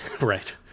right